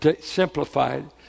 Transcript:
simplified